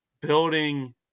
building